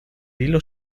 hilo